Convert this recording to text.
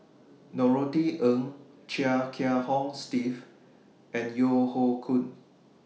Norothy Ng Chia Kiah Hong Steve and Yeo Hoe Koon